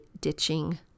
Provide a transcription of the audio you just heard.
ditching